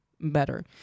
better